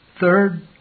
Third